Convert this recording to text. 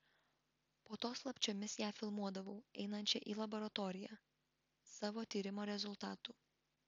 po to slapčiomis ją filmuodavau einančią į laboratoriją savo tyrimo rezultatų